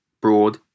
broad